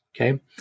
Okay